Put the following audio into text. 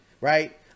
right